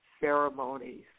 ceremonies